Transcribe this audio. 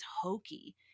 hokey